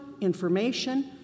information